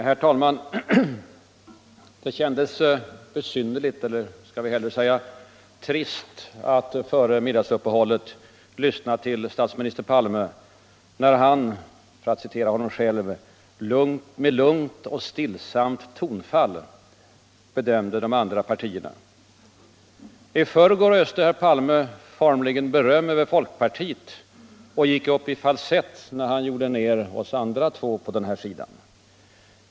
Herr talman! Det kändes besynnerligt, eller skall vi hellre säga trist, att före middagsuppehållet lyssna till statsminister Palme när han, för att citera honom själv, ”med lugnt och stillsamt tonfall” bedömde de andra partierna. I förrgår öste herr Palme formligen beröm över folkpartiet och gick upp i falsett när han gjorde ner oss andra två på den här sidan.